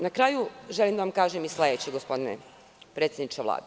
Na kraju želim da vam kažem i sledeće, gospodine predsedniče Vlade.